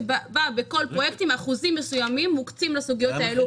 שאומרת שבכל פרויקטים אחוזים מסוימים מוקצים לסוגיות האלה.